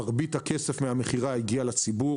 ומרבית הכסף מהמכירה הגיע לציבור.